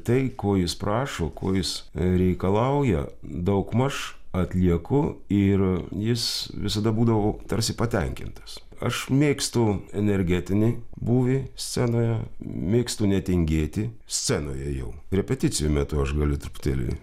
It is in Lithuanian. tai ko jis prašo ko jis reikalauja daugmaž atlieku ir jis visada būdavo tarsi patenkintas aš mėgstu energetinį būvį scenoje mėgstu netingėti scenoje jau repeticijų metu aš galiu truputėlį